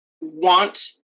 want